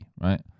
right